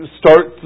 start